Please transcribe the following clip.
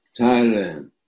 Thailand